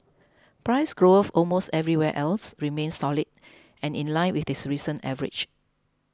price growth almost everywhere else remained solid and in line with its recent average